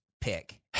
pick